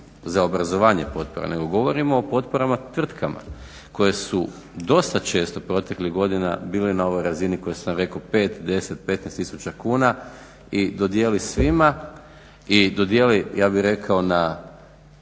za obrazovanje potporama, nego govorimo o potporama tvrtkama koje su dosta često proteklih godina bile na ovoj razini koje sam rekao 5, 10, 15000 kuna i dodijeli svima i dodijeli ja bih rekao na